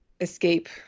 escape